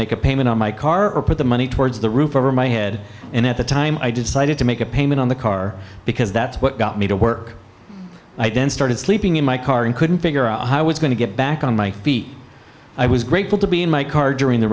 make a payment on my car or put the money towards the roof over my head and at the time i decided to make a payment on the car because that's what got me to work i then started sleeping in my car and couldn't figure out how it's going to get back on my feet i was grateful to be in my car during the